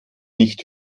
nicht